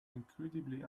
incredibly